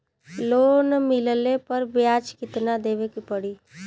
Loan मिलले पर ब्याज कितनादेवे के पड़ी?